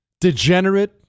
degenerate